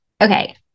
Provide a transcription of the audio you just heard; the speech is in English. Okay